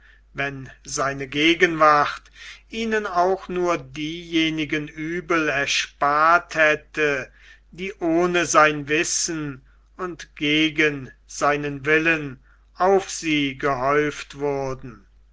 wenn seine gegenwart ihnen auch nur diejenigen uebel erspart hätte die ohne sein wissen und gegen seinen willen auf sie gehäuft wurden